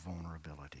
vulnerability